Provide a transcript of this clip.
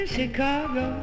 Chicago